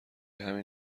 همین